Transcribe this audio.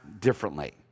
differently